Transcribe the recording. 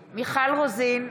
רוזין,